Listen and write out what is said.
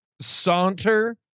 saunter